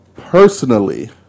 personally